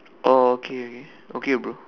oh okay okay okay bro